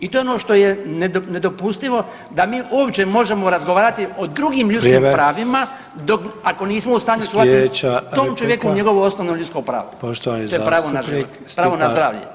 I to je ono što je nedopustivo da mi uopće možemo razgovarati o drugim ljudskim pravima [[Upadica: Vrijeme.]] dok, ako nismo u shvatiti [[Upadica: Sljedeća replika.]] tom čovjeku njegovo osnovno ljudsko pravo, to je pravo [[Upadica: Poštovani zastupnik.]] na život, pravo na zdravlje.